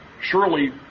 surely